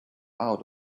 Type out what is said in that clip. out